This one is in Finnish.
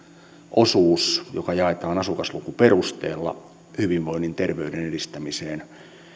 osuus joka jaetaan asukaslukuperusteella hyvinvoinnin ja terveyden edistämiseen